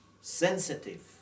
sensitive